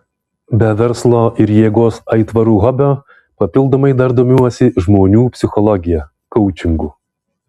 be verslo ir jėgos aitvarų hobio papildomai dar domiuosi žmonių psichologija koučingu